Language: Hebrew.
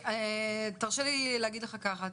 תרשה לי להגיד לך ככה,